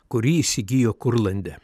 kurį įsigijo kurlande